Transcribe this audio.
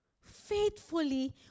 faithfully